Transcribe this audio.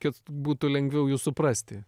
kad būtų lengviau jus suprasti